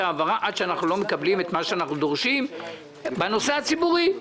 ההעברה כל עוד אנחנו לא מקבלים את מה שאנחנו דורשים בנושא הציבורי.